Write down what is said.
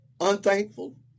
unthankful